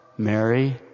Mary